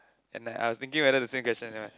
and I I was thinking whether the same question right